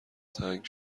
تنگ